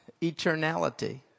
eternality